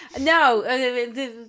No